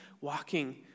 walking